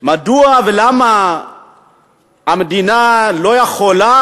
מדוע ולמה המדינה לא יכולה,